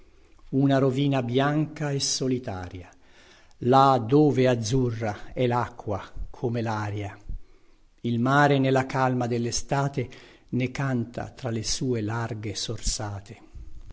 una rovina bianca e solitaria là dove azzurra è lacqua come laria il mare nella calma dellestate ne canta tra le sue larghe sorsate